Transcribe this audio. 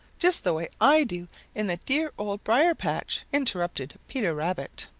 just the way i do in the dear old briar-patch, interrupted peter rabbit.